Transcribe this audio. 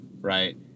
right